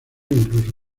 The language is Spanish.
incluso